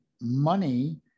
money